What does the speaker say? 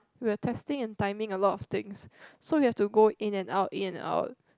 we're testing and timing a lot of things so we have to go in and out in and out